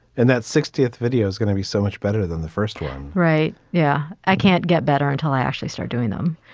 and that sixtieth video is going to be so much better than the first one right. yeah. i can't get better until i actually start doing them.